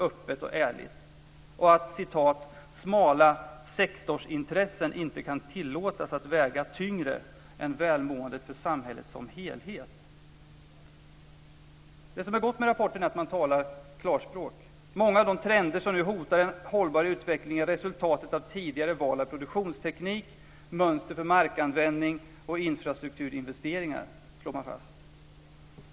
Man skriver vidare: Smala sektorsintressen kan inte tillåtas att väga tyngre än välmåendet för samhället som helhet. Det som är gott med rapporten är att man talar klarspråk. Många av de trender som nu hotar en hållbar utveckling är resultatet av tidigare val av produktionsteknik, mönster för markanvändning och infrastrukturinvesteringar, slår man fast.